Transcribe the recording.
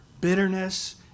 bitterness